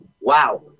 Wow